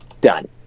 done